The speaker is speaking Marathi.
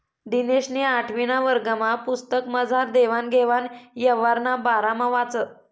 दिनेशनी आठवीना वर्गना पुस्तकमझार देवान घेवान यवहारना बारामा वाचं